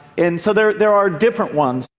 and so, there there are different ones.